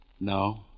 No